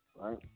right